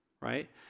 right